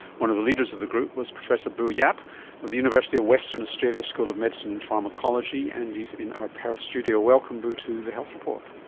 one of the leaders of the group was professor bu yeap yeah of the university of western australia school of medicine and pharmacology and he's in our perth studio. welcome bu to the health report.